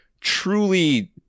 truly